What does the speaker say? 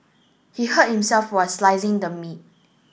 he hurt himself while slicing the meat